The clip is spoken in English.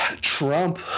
Trump